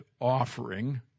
offering